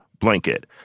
blanket